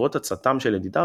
בעקבות עצתם של ידידיו,